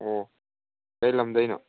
ꯑꯣ ꯀꯔꯤ ꯂꯝꯗꯩꯅꯣ